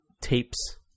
Tapes